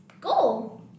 go